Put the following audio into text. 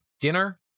Dinner